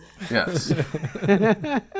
Yes